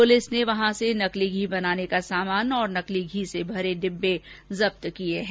police ने नकली धी बनाने का सामान और नकली धी से भरे डब्बे जब्त किए हैं